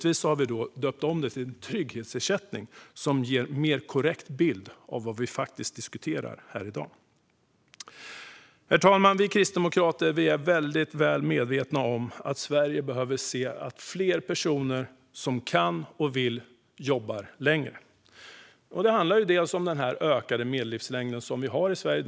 Vi har döpt om det till trygghetsersättning, vilket ger en mer korrekt bild av vad som faktiskt diskuteras här i dag. Herr talman! Kristdemokraterna är väldigt väl medvetna om att Sverige behöver se att fler personer som kan och vill jobbar längre. Det handlar delvis om den ökade medellivslängden i Sverige.